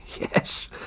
yes